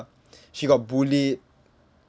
she got bullied